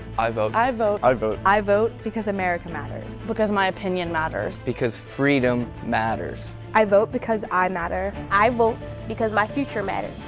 i vote i vote i vote i vote because america matters because my opinion matters because freedom matters. i vote because i matter. i vote because my future matters.